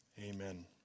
Amen